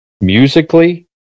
musically